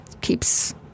keeps